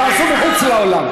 וגם בצד של ג'נין.